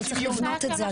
אבל צריך לבנות את זה.